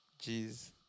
Jeez